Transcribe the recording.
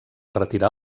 retirar